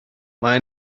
mae